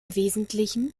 wesentlichen